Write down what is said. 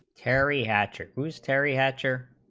teri hatcher was teri hatcher